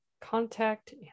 contact